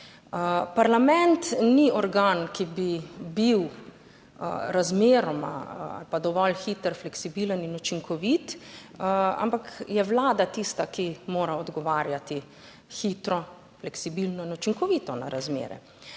Parlament ni organ, ki bi bil razmeroma ali pa dovolj hiter, fleksibilen in učinkovit, ampak je Vlada tista, ki mora odgovarjati hitro, fleksibilno in učinkovito na razmere.